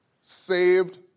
Saved